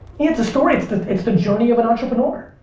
it's a story, it's the it's the journey of an entrepreneur.